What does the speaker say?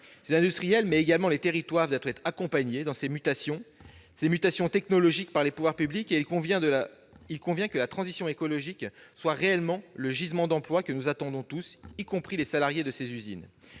Ces industriels, mais également les territoires, doivent être accompagnés dans ces mutations technologiques par les pouvoirs publics, et il convient que la transition écologique soit réellement le gisement d'emploi que nous attendons tous, y compris les salariés de ces usines.